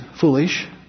foolish